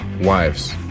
wives